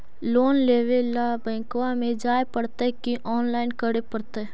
Loan लेवे ल bank में जाय पड़तै कि औनलाइन करे पड़तै?